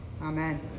Amen